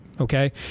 Okay